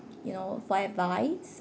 you know for advice